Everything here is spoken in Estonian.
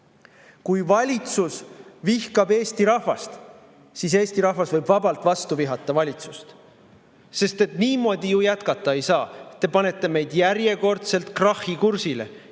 Kui valitsus vihkab Eesti rahvast, siis Eesti rahvas võib vabalt valitsust vastu vihata, sest niimoodi ju jätkata ei saa. Te panete meid järjekordselt krahhikursile